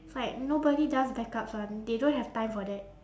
it's like nobody does backups [one] they don't have time for that